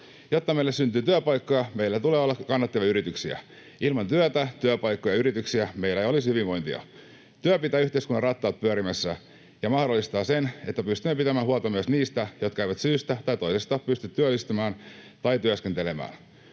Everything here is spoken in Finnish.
Jotta meille syntyy työpaikkoja, meillä tulee olla kannattavia yrityksiä. Ilman työtä, työpaikkoja ja yrityksiä meillä ei olisi hyvinvointia. Työ pitää yhteiskunnan rattaat pyörimässä ja mahdollistaa sen, että pystytään pitämään huolta myös niistä, jotka eivät syystä tai toisesta pysty työllistymään tai työskentelemään.